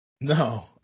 No